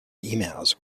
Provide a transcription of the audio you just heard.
emails